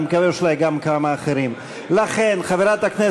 אני מקווה שאולי גם כמה אחרים.